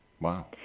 Wow